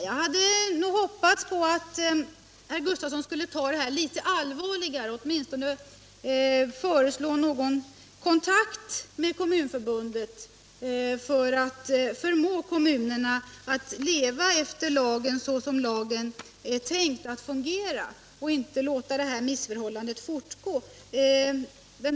Jag hade nog hoppats att herr Gustavsson skulle ta det här litet allvarligare och åtminstone föreslå någon kontakt med Kommunförbundet för att förmå kommunerna att leva efter lagen, såsom lagen är tänkt att fungera, och inte låta det här missförhållandet fortsätta.